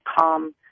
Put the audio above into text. calm